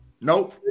nope